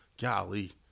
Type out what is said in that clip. golly